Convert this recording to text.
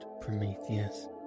Prometheus